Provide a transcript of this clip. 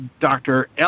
Dr